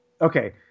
Okay